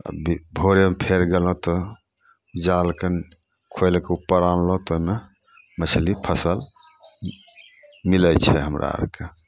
आ भी भोरेमे फेर गेलहुँ तऽ जालकेँ खोलि कऽ ऊपर आनलहुँ ताहिमे मछली फँसल मिलै छै हमरा आरकेँ